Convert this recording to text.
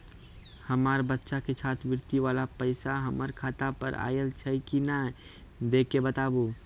हमार बच्चा के छात्रवृत्ति वाला पैसा हमर खाता पर आयल छै कि नैय देख के बताबू?